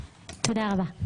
תודה רבה.